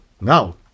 now